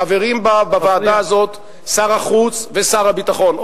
חברים בוועדה הזאת שר החוץ ושר הביטחון,